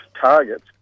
targets